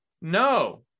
no